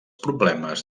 problemes